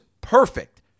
perfect